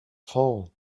foul